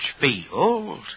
field